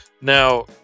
now